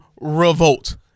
revolt